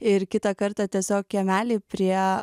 ir kitą kartą tiesiog kiemely prie